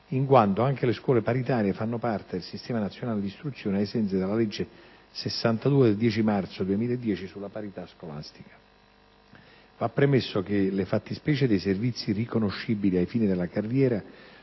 in quanto anche le scuole paritarie fanno parte del sistema nazionale di istruzione, ai sensi della legge n. 62 del 10 marzo 2000 sulla parità scolastica. Va premesso che le fattispecie dei servizi riconoscibili ai fini della carriera